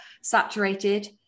saturated